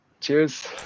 Cheers